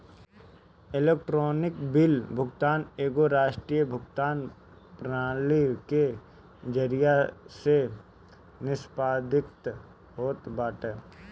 electronic bill भुगतान एगो राष्ट्रीय भुगतान प्रणाली के जरिया से निष्पादित होत बाटे